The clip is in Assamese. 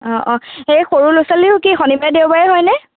অঁ অঁ এই সৰু ল'ৰা ছোৱালীও কি শনিবাৰে দেওবাৰে হয়নে